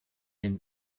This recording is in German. den